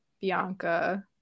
Bianca